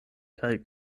kaj